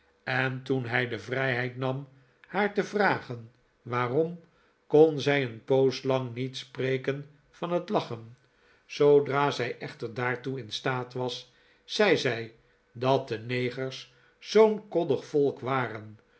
en toen hij de vrijheid nam haar te vragen waarom kon zij een poos lang niet spreken van het lachen zoodra zij echter daartoe in staat was zei zij dat de negers zoo'n koddig volk waren